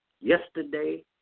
yesterday